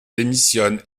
démissionne